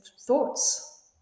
thoughts